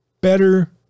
better